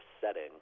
setting